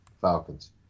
Falcons